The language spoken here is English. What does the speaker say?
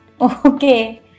Okay